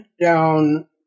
down